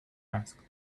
asked